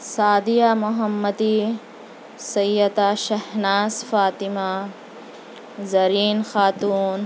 Sadia Mohammadi Syeda Shahnaz Fatima Zareen Khatoon